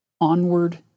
onward